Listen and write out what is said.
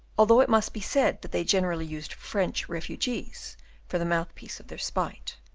although it must be said that they generally used french refugees for the mouthpiece of their spite.